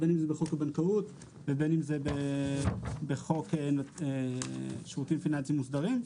בין אם זה בחוק הבנקאות ובין אם זה בחוק שירותים פיננסיים מוסדרים,